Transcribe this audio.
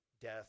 Death